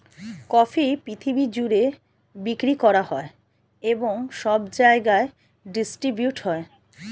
coffee পৃথিবী জুড়ে বিক্রি করা হয় এবং সব জায়গায় ডিস্ট্রিবিউট হয়